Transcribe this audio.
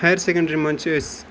higher secondary منٛز چھِ أسۍ